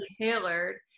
tailored